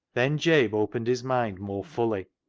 then jabe opened his mind more fully,